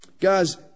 Guys